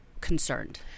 concerned